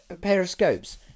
periscopes